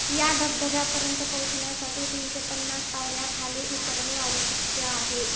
या धबधब्यापर्यंत पोहोचण्यासाठी तीनशे पन्नास पायऱ्या खाली उतरणे आवश्यक आहे